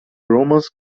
romans